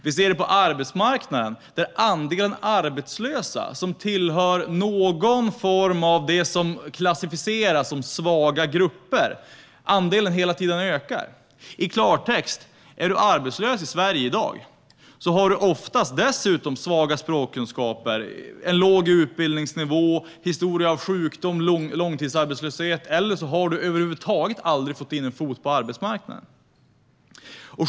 Vi ser det på arbetsmarknaden, där andelen arbetslösa som tillhör någon av de grupper som klassificeras som svaga hela tiden ökar. I klartext: Är du arbetslös i Sverige i dag har du oftast dessutom svaga språkkunskaper, en låg utbildningsnivå, en historia av sjukdom och långtidsarbetslöshet - eller så har du över huvud taget aldrig fått in en fot på arbetsmarknaden.